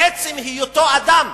בעצם היותו אדם.